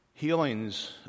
Healings